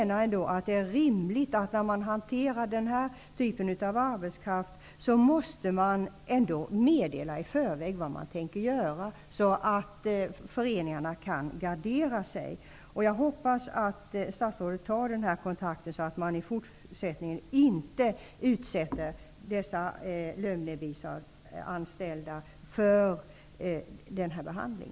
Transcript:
När man hanterar den här typen av arbetskraft måste man dock meddela i förväg vad man tänker göra, så att föreningarna kan gardera sig. Jag hoppas att statsrådet tar den här kontakten så att man i fortsättningen inte utsätter de lönebidragsanställda för en sådan här behandling.